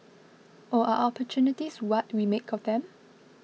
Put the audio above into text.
or are opportunities what we make of them